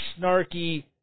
snarky